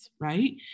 right